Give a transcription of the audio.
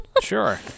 Sure